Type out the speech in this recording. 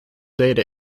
data